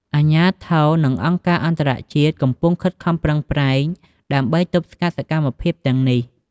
អាជ្ញាធរ និងអង្គការអន្តរជាតិកំពុងខិតខំប្រឹងប្រែងដើម្បីទប់ស្កាត់សកម្មភាពទាំងនេះ។